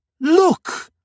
Look